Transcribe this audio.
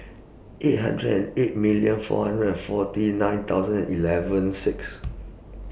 eight hundred and eight million four hundred and forty nine thousand eleven six